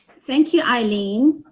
thank you, eileen.